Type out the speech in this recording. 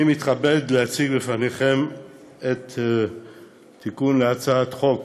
אני מתכבד להציג בפניכם הצעת חוק